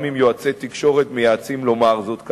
גם אם יועצי תקשורת מייעצים לומר זאת,